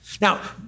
Now